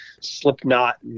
Slipknot